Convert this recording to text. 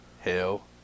Hell